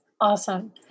Awesome